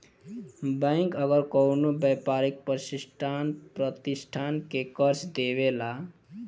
bank अगर कवनो व्यापारिक प्रतिष्ठान के कर्जा देवेला